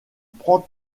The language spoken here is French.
prend